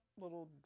little